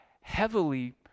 heavily